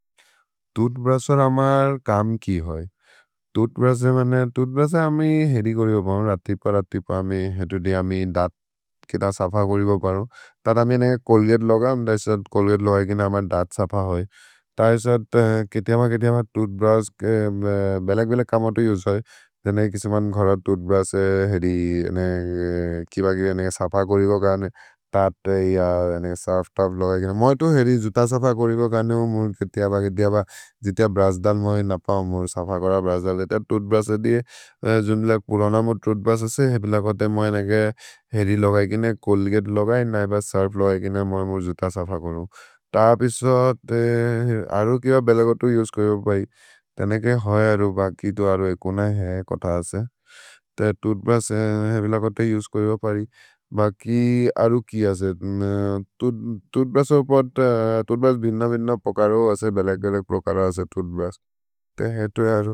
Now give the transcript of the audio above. तूथ्ब्रुश् अर् अमर् कम् कि होइ? तूथ्ब्रुश् अर् मन्ने, तूथ्ब्रुश् अर् अमि हेरि कोरिबम् रतिप् प रतिप् प हेतु दि अम्मि दत् के त सफ कोरिबम् परो। तत् अम्मे नेके चोल्गते लगम् तैसत् चोल्गते लगय् के न अमर् दत् सफ होइ तैसत् केति अम केति अम तूथ्ब्रुश् के बेलक्-बेलक् कमतो उसे होइ। जने के सेमन् घरर् तूथ्ब्रुश् एरि ने कि बगि नेके सफ कोरिबम् कर्ने तत् एरि अर् ने सोफ्त्-तोउघ् लगय् के मोइ तु हेरि जुत सफ कोरिबम् कर्ने मोइ केति अम केति अम। जितिअ ब्रस् दल् मोहि न प मोहि सफ कोर ब्रस् दल् एतो तूथ्ब्रुश् एरि दिये जो निल कुरोन मो तूथ्ब्रुश् असे हेबिल कते मोइ नेके हेरि लगय् के ने चोल्गते लगय् न हेबिल सुर्फ् लगय् के ने मोइ जुत सफ कोरोम्। तपिसत् अरु किब बेलकोतु उसे कोरिबम् परि जने के है अरु बकि तु अरु एकुन है कत असे तूथ्ब्रुश् हेबिल कते उसे कोरिबम् परि बकि अरु कि असे तूथ्ब्रुश् बिन बिन पकरो असे बेलक्-बेलक् पकरो असे तूथ्ब्रुश् ते हेतु है अरु।